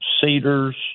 cedars